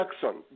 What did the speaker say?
Jackson